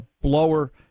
blower